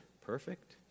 Perfect